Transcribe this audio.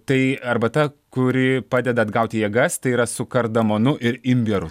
tai arbata kuri padeda atgauti jėgas tai yra su kardamonu ir imbieru